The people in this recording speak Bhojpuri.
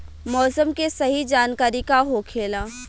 मौसम के सही जानकारी का होखेला?